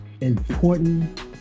important